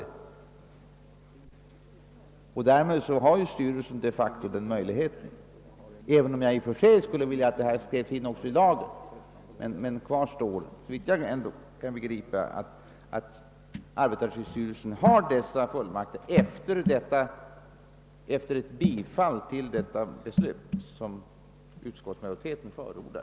Därmed har arbetarskyddsstyrelsen de facto fått fullmakt att tolka lagen så, även om jag i och för sig skulle vilja att detta skrevs in i lagen. Såvitt jag förstår har emellertid arbetarskyddsstyrelsen denna fullmakt efter ett bifall till det förslag som utskottsmajoriteten förordar.